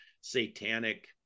satanic